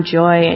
joy